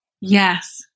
Yes